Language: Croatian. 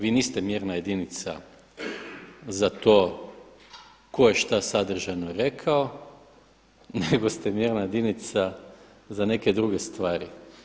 Vi niste mjerna jedinica za to ko je šta sadržajno rekao nego ste mjerna jedinica za neke druge stvari.